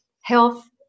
health